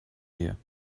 here